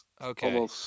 Okay